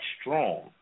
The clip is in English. strong